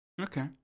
Okay